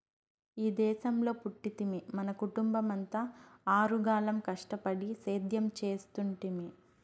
ఈ దేశంలో పుట్టితిమి మన కుటుంబమంతా ఆరుగాలం కష్టపడి సేద్యం చేస్తుంటిమి